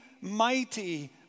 mighty